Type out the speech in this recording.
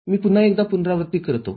मी पुन्हा एकदा पुनरावृत्ती करतो